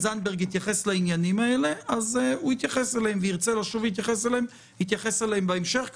התייחס לעניינים האלה אז אם ירצה לשוב ולהתייחס אליהם יעשה את זה בהמשך.